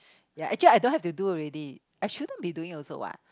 ya actually I don't have to do already I shouldn't be doing also what